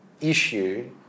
issue